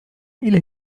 إلى